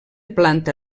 planta